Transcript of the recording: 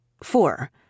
Four